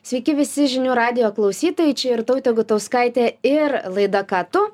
sveiki visi žinių radijo klausytojai čia ir tautė gutauskaitė ir laida ką tu